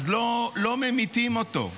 אז לא ממיתים אותו.